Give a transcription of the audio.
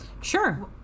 Sure